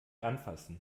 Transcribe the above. anfassen